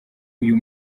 uyu